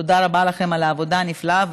תודה רבה לכם על העבודה הנפלאה.